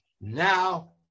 Now